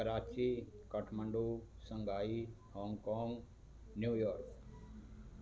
Karachi Kathmandu Shanghai Hong Kong New York